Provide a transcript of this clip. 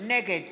נגד